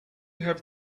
have